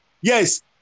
Yes